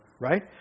right